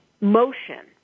motion